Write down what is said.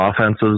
offenses